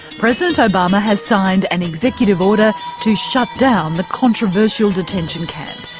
president obama has signed an executive order to shut down the controversial detention camp.